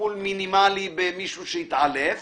טיפול מינימלי במישהו שהתעלף